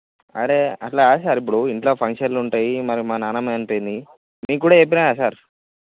అరే అట్లా కాదు సార్ ఇప్పుడు ఇంట్లో ఫంక్షన్లు ఉంటాయి మరి మా నానమ్మ చనిపోయింది మీకు కూడా చెప్పిన కదా సార్